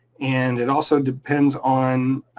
and it also depends on